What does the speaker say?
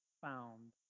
found